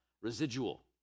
residual